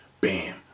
BAM